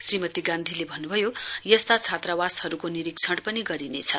श्रीमती गान्धीले भन्नु भएको यस्ता छात्रावासहरूको निरीक्षण पनि गरिनेछ